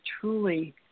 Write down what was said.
truly